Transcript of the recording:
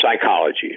psychology